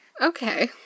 Okay